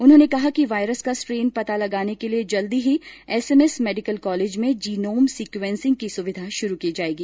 उन्होंने कहा कि वायरस का स्ट्रेन का पता लगाने के लिए जल्द ही एमएमएस मेडिकल कॉलेज में जिनोम सिक्वेसिंग की सुविधा शुरू की जाएगी